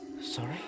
Sorry